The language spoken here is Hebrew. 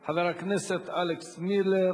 חבר הכנסת אלכס מילר,